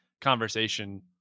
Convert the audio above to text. conversation